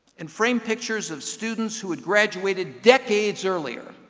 and framed pictures of students who had graduated decades earlier,